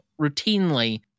routinely